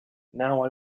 now